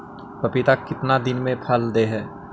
पपीता कितना दिन मे फल दे हय?